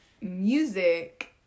music